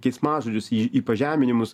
keiksmažodžius į į pažeminimus